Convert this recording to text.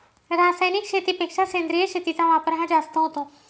रासायनिक शेतीपेक्षा सेंद्रिय शेतीचा वापर हा जास्त होतो